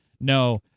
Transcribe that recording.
No